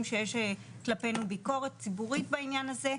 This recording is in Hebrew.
שיש כלפינו ביקורת ציבורית בעניין הזה,